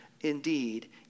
indeed